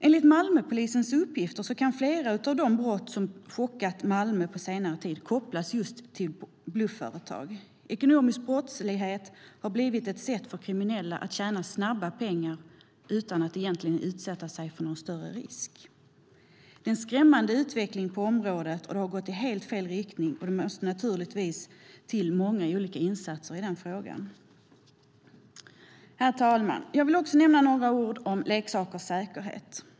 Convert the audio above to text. Enligt Malmöpolisens uppgifter kan flera av de brott som chockat Malmö på senare tid kopplas till just blufföretag. Ekonomisk brottslighet har blivit ett sätt för kriminella att tjäna snabba pengar utan att utsätta sig för någon större risk. Det är en skrämmande utveckling på området, och den går i helt fel riktning. Naturligtvis måste det till många olika insatser i frågan. Herr talman! Jag vill också nämna några ord om leksakers säkerhet.